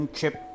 Chip